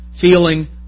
feeling